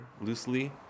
Loosely